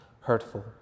hurtful